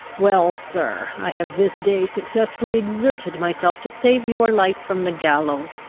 well, sir, i have this day successfully exerted myself to save your life from the gallows.